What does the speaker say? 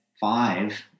five